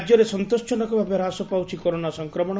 ରାଜ୍ୟରେ ସନ୍ତୋଷଜନକ ଭାବେ ହ୍ରାସ ପାଉଛି କରୋନା ସଂକ୍ରମଣ